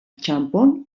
txanpon